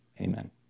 amen